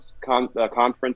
conference